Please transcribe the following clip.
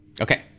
Okay